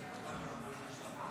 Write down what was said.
והשלישית.